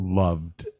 loved